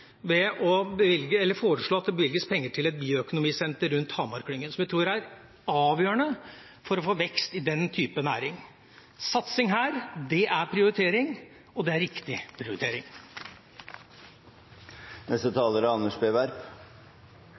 ved å foreslå at det bevilges penger til et bioøkonomisenter rundt Hamar-klyngen, som vi tror er avgjørende for å få vekst i den type næring. En satsing her er prioritering, og det er riktig prioritering. Årets statsbudsjett har et mer dramatisk bakteppe enn vi er